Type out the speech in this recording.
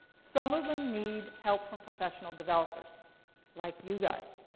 some of them need help from professional developers like you guys.